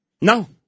No